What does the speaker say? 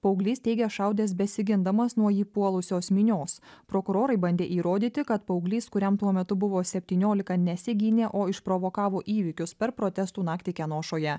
paauglys teigė šaudęs besigindamas nuo jį puolusios minios prokurorai bandė įrodyti kad paauglys kuriam tuo metu buvo septyniolika nesigynė o išprovokavo įvykius per protestų naktį kenošoje